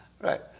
Right